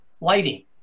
lighting